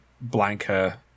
blanker